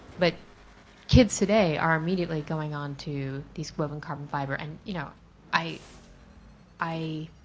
but kids today are immediately going on to these web and carbon fiber and you know i i